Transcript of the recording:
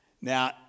now